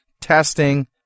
testing